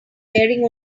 wearing